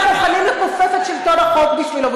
וכולכם מוכנים לכופף את שלטון החוק בשבילו,